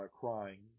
crying